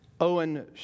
Owen